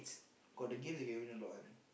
got the games you can win a lot one